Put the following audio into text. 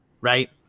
Right